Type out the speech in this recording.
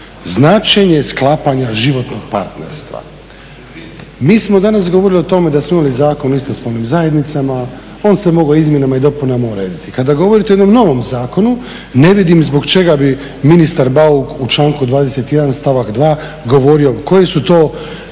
značenje sklapanja životnog partnerstva. " Mi smo danas govorili o tome da smo imali Zakon o istospolnim zajednicama, on se mogao izmjenama i dopunama urediti. Kada govorite o jednom novom zakonu ne vidim zbog čega bi ministar Bauk u članku 21. stavak 2. govorio koji su to